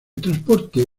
transporte